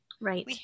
Right